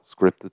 scripted